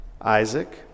Isaac